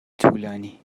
طولانی